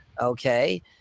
Okay